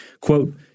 Quote